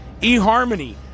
eHarmony